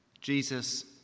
Jesus